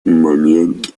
момент